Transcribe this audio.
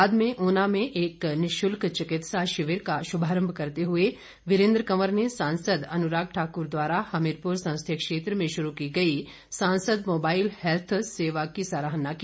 बाद में ऊना में एक निशुल्क चिकित्सा शिविर का शुभारंभ करते हुए वीरेन्द्र कंवर ने सांसद अनुराग ठाकुर द्वारा हमीरपुर संसदीय क्षेत्र में शुरू की गई सांसद मोबाईल हैल्थ सेवा की सराहना की